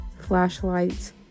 flashlights